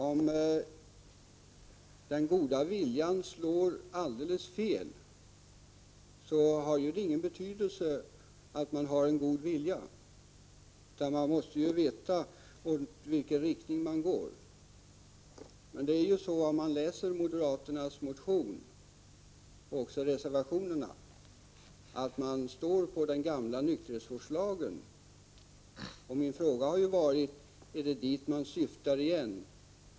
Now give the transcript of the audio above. Om den goda viljan slår alldeles fel, har det ingen betydelse att man har denna goda vilja — utan man måste veta i vilken riktning man går. När jag läser moderaternas motion, och också reservationerna, finner jag att moderaternas ståndpunkter nära ansluter sig till den gamla nykterhets vårdslagen. Min fråga har varit: Är det dit ni syftar igen?